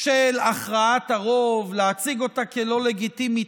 של הכרעת הרוב, להציג אותה כלא לגיטימית.